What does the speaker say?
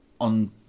on